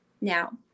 Now